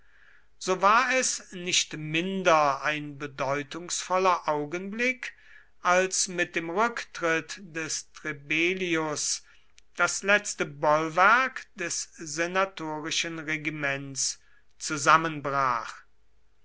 so war es nicht minder ein bedeutungsvoller augenblick als mit dem rücktritt des trebellius das letzte bollwerk des senatorischen regiments zusammenbrach